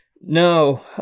No